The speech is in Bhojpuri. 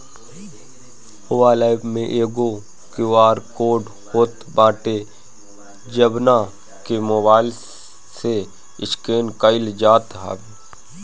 मोबाइल एप्प में एगो क्यू.आर कोड होत बाटे जवना के मोबाईल से स्केन कईल जात हवे